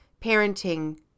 parenting